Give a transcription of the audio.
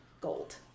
gold